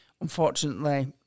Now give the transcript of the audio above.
unfortunately